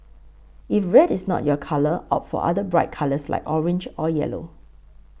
if red is not your colour opt for other bright colours like orange or yellow